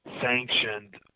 sanctioned